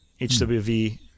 HWV